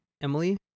Emily